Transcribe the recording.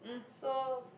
so